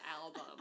album